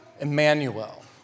Emmanuel